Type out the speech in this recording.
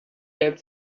had